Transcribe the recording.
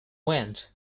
went